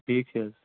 ٹھیٖک چھِ حظ